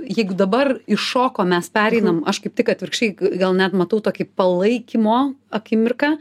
jeigu dabar iššokom mes pereinam aš kaip tik atvirkščiai gal net matau tokį palaikymo akimirką